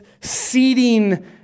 seeding